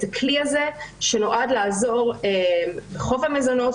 הכלי הזה שנועד לעזור לחוב המזונות,